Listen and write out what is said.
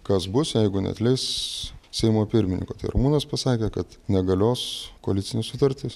kas bus jeigu neatleis seimo pirmininko tai ramūnas pasakė kad negalios koalicinė sutartis